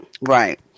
Right